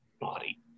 body